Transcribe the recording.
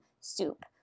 soup